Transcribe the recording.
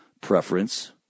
preference